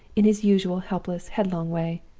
in his usual helpless, headlong way.